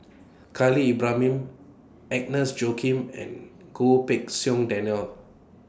Khalil Ibrahim Agnes Joaquim and Goh Pei Siong Daniel